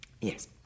Yes